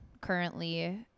currently